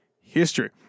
history